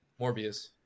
Morbius